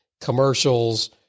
commercials